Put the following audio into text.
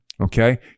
Okay